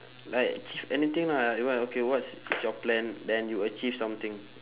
like achieve anything lah you want okay what's is your plan then you achieve something